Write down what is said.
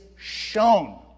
shown